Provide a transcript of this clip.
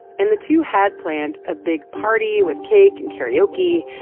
and the two had planned a big party with cake and karaoke.